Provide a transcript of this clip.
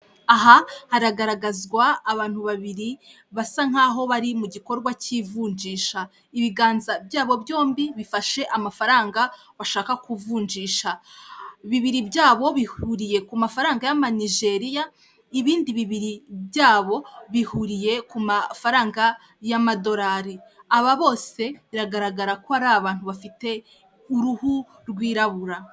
Aha garagaragazwa abantu babiri basa nkaho bari mu gikorwa k'ivunjisha, ibiganza byabo byombi bifashe amafaranga bashaka kuvunjisha, bibiri byabo bihuriye ku mafaranga y'ama Nigeriya, ibindi bibiri byabo bihuriye ku mafaranga y'Amadorari, aba bose biragaragara ko ari abantu bafite uruhu rwirabura.